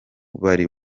bari